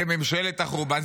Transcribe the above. כממשלת החורבן,